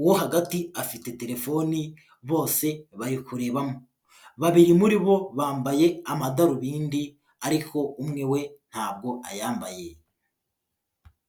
uwo hagati afite telefoni, bose bari kurebamo babiri muri bo bambaye amadarubindi ariko umwe we ntabwo ayambaye.